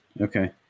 okay